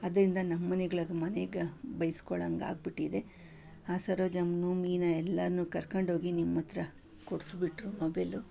ಅದರಿಂದ ನಮ್ಮನೆಗಳಲ್ಲಿ ಮನೆಗೆ ಬೈಸ್ಕೊಳ್ಳೋಂಗಾಗ್ಬಿಟ್ಟಿದೆ ಆ ಸರೋಜಮ್ಮನೂ ನೀನೇ ಎಲ್ರನ್ನೂ ಕರ್ಕಂಡೋಗಿ ನಿಮ್ಮ ಹತ್ರ ಕೊಡಿಸ್ಬಿಟ್ರು ಮೊಬೈಲು